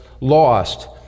lost